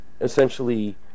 essentially